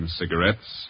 cigarettes